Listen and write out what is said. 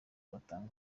batanga